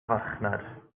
farchnad